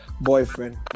boyfriend